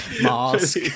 mask